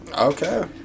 Okay